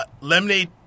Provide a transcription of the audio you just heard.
Lemonade